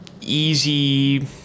easy